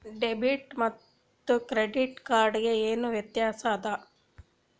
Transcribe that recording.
Debit ಮತ್ತ credit card ಗೆ ಏನ ವ್ಯತ್ಯಾಸ ಆದ?